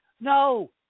No